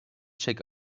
check